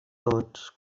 tots